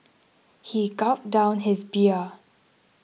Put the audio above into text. he gulped down his beer